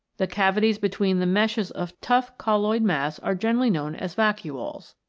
the cavities between the meshes of tough colloid mass are generally known as vacuoles.